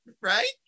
right